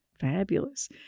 fabulous